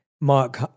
Mark